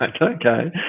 okay